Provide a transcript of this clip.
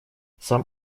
сам